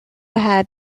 had